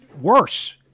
worse